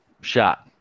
shot